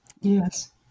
Yes